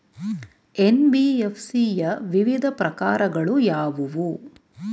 NBFC ಯ ವಿವಿಧ ಪ್ರಕಾರಗಳು ಯಾವುವು?